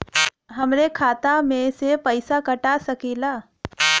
हमरे खाता में से पैसा कटा सकी ला?